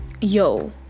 Yo